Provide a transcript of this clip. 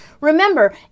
Remember